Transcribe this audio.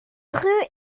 rue